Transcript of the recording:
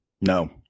No